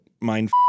mind